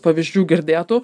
pavyzdžių girdėtų